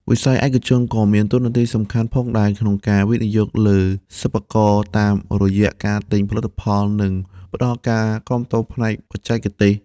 វិស័យឯកជនក៏មានតួនាទីសំខាន់ផងដែរក្នុងការវិនិយោគលើសិប្បករតាមរយៈការទិញផលិតផលនិងផ្តល់ការគាំទ្រផ្នែកបច្ចេកទេស។